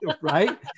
Right